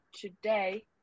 today